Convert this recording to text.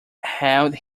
held